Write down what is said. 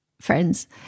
Friends